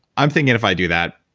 i'm thinking if i do that,